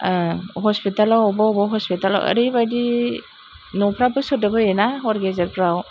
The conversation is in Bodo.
हस्पितालाव अबेबा अबेबा हस्पितालाव ओरैबादि न'फ्राबो सोदोब होयोना हर गेजेरफ्राव